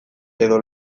edo